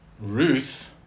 Ruth